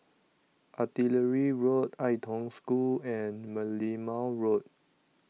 Artillery Road Ai Tong School and Merlimau Road